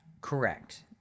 correct